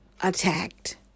attacked